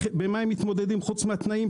עם מה הם מתמודדים פרט לתנאים,